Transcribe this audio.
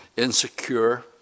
insecure